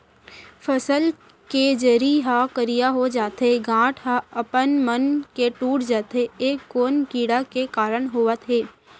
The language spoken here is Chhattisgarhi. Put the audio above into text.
फसल के जरी ह करिया हो जाथे, गांठ ह अपनमन के टूट जाथे ए कोन कीड़ा के कारण होवत हे?